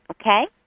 okay